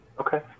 Okay